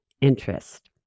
interest